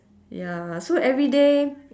ya so everyday